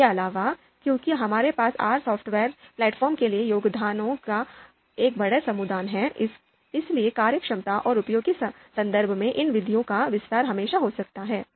इसके अलावा क्योंकि हमारे पास R सॉफ़्टवेयर प्लेटफ़ॉर्म के लिए योगदानकर्ताओं का एक बड़ा समुदाय है इसलिए कार्यक्षमता और उपयोगों के संदर्भ में इन विधियों का विस्तार हमेशा हो सकता है